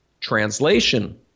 translation